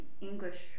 English